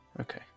Okay